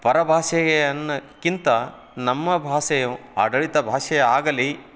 ಪರಭಾಷೆಗೆ ಅನ್ನೋಕ್ಕಿಂತ ನಮ್ಮ ಭಾಷೆಯು ಆಡಳಿತ ಭಾಷೆ ಆಗಲಿ